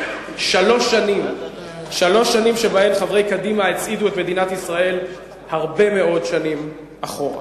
שלוש שנים שבהן חברי קדימה הצעידו את מדינת ישראל הרבה מאוד שנים אחורה.